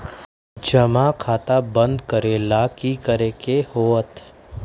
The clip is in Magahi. जमा खाता बंद करे ला की करे के होएत?